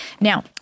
Now